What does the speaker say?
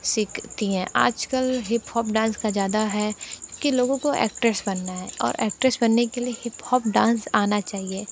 सीखती है आज कल हिपहॉप डांस का ज्यादा है कि लोगों को एक्ट्रेस बनना है और एक्ट्रेस बनने के लिए हिपहॉप डांस आना चाहिए